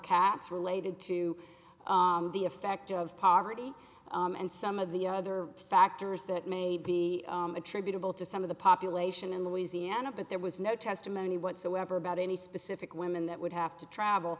katz related to the effect of poverty and some of the other factors that may be attributable to some of the population in louisiana but there was no testimony whatsoever about any specific women that would have to